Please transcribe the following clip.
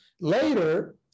later